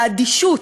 והאדישות,